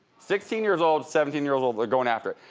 sixteen years old, seventeen years old, they're going after it.